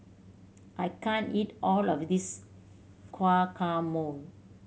I can't eat all of this Guacamole